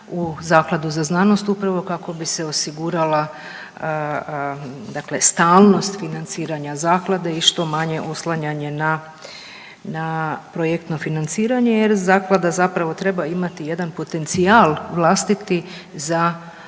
u zakladu za znanost upravo kako bi se osigurala dakle stalnost financiranja zaklade i što manje oslanjanje na, na projektno financiranje jer zaklada zapravo treba imati jedan potencijal vlastiti za